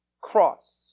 Cross